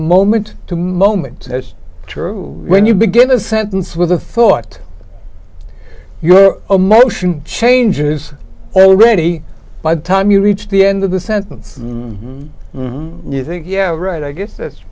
moment to moment as when you begin a sentence with a thought your emotion changes already by the time you reach the end of the sentence you think yeah right i guess that's